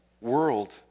world